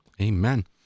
amen